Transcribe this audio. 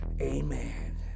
Amen